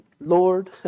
Lord